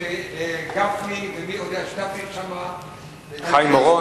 משה גפני וחיים אורון